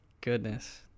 goodness